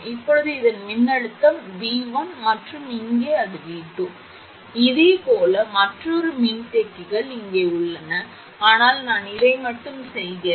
இப்போது இதன் மின்னழுத்தம் V1மற்றும் இங்கே அது V2 இதேபோல் மற்றொரு மின்தேக்கிகள் இங்கே உள்ளன ஆனால் நான் இதை மட்டுமே செய்கிறேன்